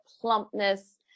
plumpness